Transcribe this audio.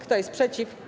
Kto jest przeciw?